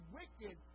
wicked